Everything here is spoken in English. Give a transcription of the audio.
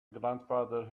grandfather